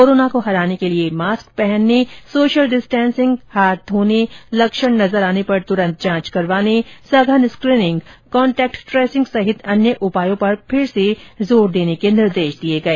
corona को हराने के लिए मास्क पहनने सोशल डिस्टेंसिंग हाथ धोने लक्षण नजर आने पर तूरंत जांच करवाने सघन स्क्रीनिंग कॉन्टेक्ट ट्रेसिंग सहित अन्य उपायों पर फिर से जोर दिया जाए